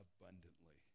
abundantly